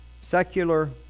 secular